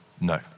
no